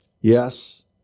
Yes